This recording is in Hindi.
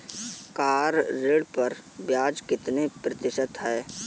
कार ऋण पर ब्याज कितने प्रतिशत है?